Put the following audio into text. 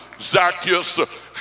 Zacchaeus